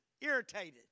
irritated